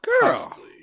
girl